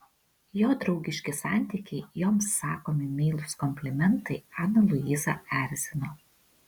jo draugiški santykiai joms sakomi meilūs komplimentai aną luizą erzino